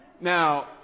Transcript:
now